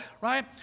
right